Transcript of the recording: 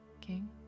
king